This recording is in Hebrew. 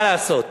מה לעשות.